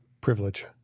Privilege